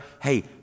Hey